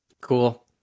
Cool